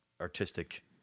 artistic